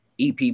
EP